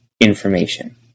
information